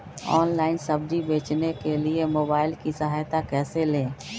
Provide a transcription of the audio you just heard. Online सब्जी बेचने के लिए मोबाईल की सहायता कैसे ले?